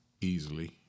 easily